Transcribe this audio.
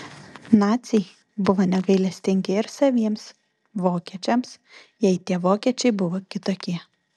naciai buvo negailestingi ir saviems vokiečiams jei tie vokiečiai buvo kitokie